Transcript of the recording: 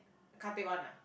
car take one ah